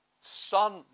son